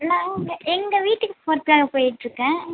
இல்லை எங்கள் வீட்டுக்கு போகிறதுக்காக போய்கிட்ருக்கேன்